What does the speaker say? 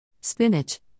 Spinach